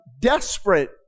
desperate